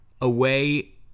away